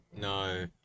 No